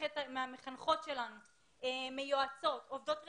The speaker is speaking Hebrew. ומכתבים מהמחנכות שלנו, מיועצות, מעובדות רווחה,